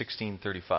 1635